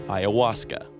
Ayahuasca